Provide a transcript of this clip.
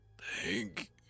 Thank